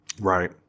Right